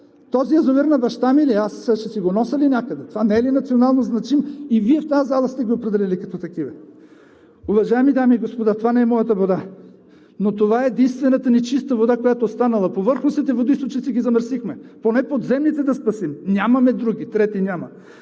Този язовир на бащи ми ли е?! Аз ще си го нося ли някъде?! Той не е ли национално значим? И Вие в залата сте го определили като такъв. Уважаеми дами и господа, това не е моята вода, но това е единствената ни чиста вода, която е останала. Повърхностните води ги замърсихме, поне подземните да спасим – нямаме други, трети няма!